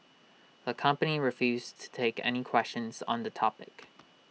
the company refused to take any questions on the topic